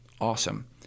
awesome